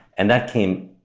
and that came,